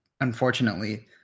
unfortunately